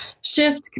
shift